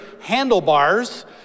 handlebars